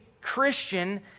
Christian